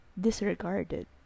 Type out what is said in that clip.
disregarded